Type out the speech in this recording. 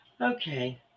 Okay